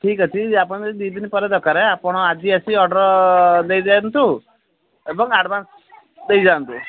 ଠିକ୍ ଅଛି ଆପଣ ଯଦି ଦୁଇ ଦିନ ପରେ ଦରକାର ଆପଣ ଆଜି ଆସି ଅର୍ଡ଼ର୍ ଦେଇ ଯାଆନ୍ତୁ ଏବଂ ଆଡ଼ଭାନ୍ସ ଦେଇ ଯାଆନ୍ତୁ